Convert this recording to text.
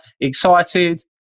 excited